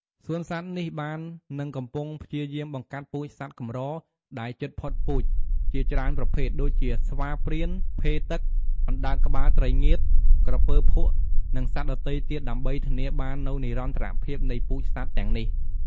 សួនសត្វនេះបាននិងកំពុងព្យាយាមបង្កាត់ពូជសត្វកម្រដែលជិតផុតពូជជាច្រើនប្រភេទ ដូចជា ស្វាព្រាហ្មណ៍ ភេទឹក អណ្ដើកក្បាលត្រីងៀត ក្រពើភក់ និងសត្វដទៃទៀតដើម្បីធានាបាននូវនិរន្តរភាពនៃពូជសត្វទាំងនេះ។